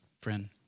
friend